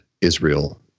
Israel